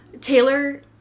Taylor